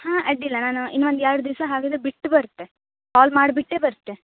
ಹಾಂ ಅಡ್ಡಿಲ್ಲ ನಾನು ಇನ್ನೊಂದು ಎರಡು ದಿವಸ ಹಾಗಿದ್ರೆ ಬಿಟ್ಟು ಬರ್ತೆ ಕಾಲ್ ಮಾಡಿಬಿಟ್ಟೇ ಬರ್ತೆ